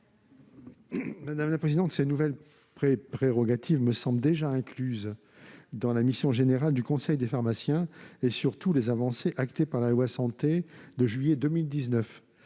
de la commission ? Ces nouvelles prérogatives me paraissent déjà incluses dans la mission générale de conseil des pharmaciens et dans les avancées actées par la loi Santé de juillet 2019